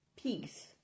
peace